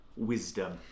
wisdom